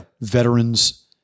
veterans